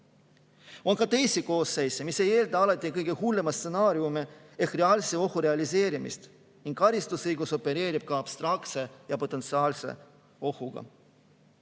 On ka teisi [kuriteo]koosseise, mis ei eelda alati kõige hullema stsenaariumi ehk reaalse ohu realiseerumist, ning karistusõigus [tegeleb] ka abstraktse ja potentsiaalse ohuga.